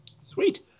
sweet